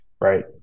right